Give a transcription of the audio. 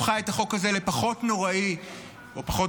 הפכה את החוק הזה לפחות נוראי או פחות